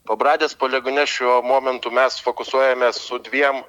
pabradės poligone šiuo momentu mes fokusuojamės su dviem